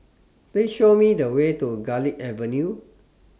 Please Show Me The Way to Garlick Avenue